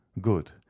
good